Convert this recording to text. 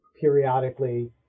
periodically